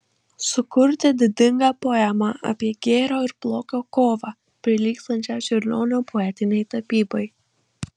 sukurti didingą poemą apie gėrio ir blogio kovą prilygstančią čiurlionio poetinei tapybai